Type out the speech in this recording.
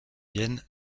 viennent